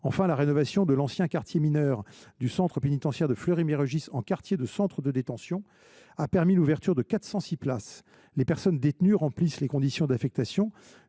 La rénovation de l’ancien quartier pour mineurs du centre pénitentiaire de Fleury Mérogis en quartier centre de détention a permis l’ouverture de 406 places. Les personnes détenues remplissant les conditions d’affectation